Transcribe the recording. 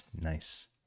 Nice